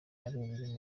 abereye